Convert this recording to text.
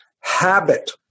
habit